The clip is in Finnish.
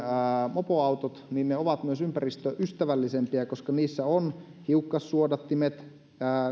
mopoautot niin ne ovat myös ympäristöystävällisempiä koska niissä on hiukkassuodattimet